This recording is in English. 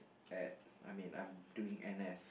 at I mean I'm doing n_s